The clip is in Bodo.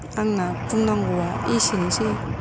आंना बुंनांगौवा एसेनोसै